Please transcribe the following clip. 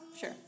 Sure